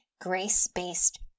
grace-based